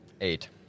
Eight